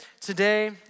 today